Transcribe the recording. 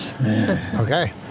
Okay